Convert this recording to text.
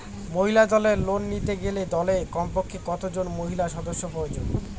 মহিলা দলের ঋণ নিতে গেলে দলে কমপক্ষে কত জন মহিলা সদস্য প্রয়োজন?